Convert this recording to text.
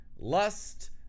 Lust